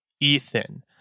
Ethan